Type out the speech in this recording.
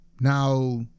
Now